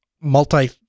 multi